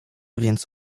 więc